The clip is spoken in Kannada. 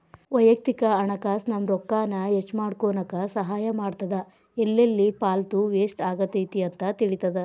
ವಯಕ್ತಿಕ ಹಣಕಾಸ್ ನಮ್ಮ ರೊಕ್ಕಾನ ಹೆಚ್ಮಾಡ್ಕೊನಕ ಸಹಾಯ ಮಾಡ್ತದ ಎಲ್ಲೆಲ್ಲಿ ಪಾಲ್ತು ವೇಸ್ಟ್ ಆಗತೈತಿ ಅಂತ ತಿಳಿತದ